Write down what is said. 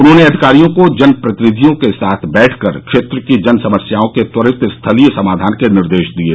उन्होंने अधिकारियों को जनप्रतिनिधियों के साथ बैठक कर क्षेत्र की जन समस्याओं के त्वरित स्थलीय समाधान के निर्देश दिये